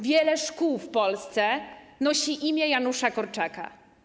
Wiele szkół w Polsce nosi imię Janusza Korczaka.